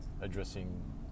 addressing